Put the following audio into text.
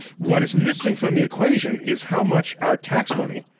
what is missing from the equation is how much our tax money,